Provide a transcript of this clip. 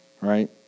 right